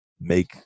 make